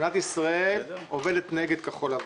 מדינת ישראל עובדת נגד כחול-לבן.